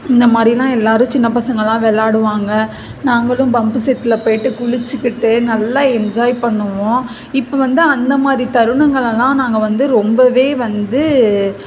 இந்தமாதிரிலாம் எல்லாரும் சின்னப் பசங்கலாம் விளாடுவாங்க நாங்களும் பம்புசெட்ல போய்ட்டு குளிச்சிக்கிட்டு நல்லா என்ஜாய் பண்ணுவோம் இப்போ வந்து அந்த மாதிரி தருணங்களெல்லாம் நாங்கள் வந்து ரொம்பவே வந்து